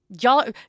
y'all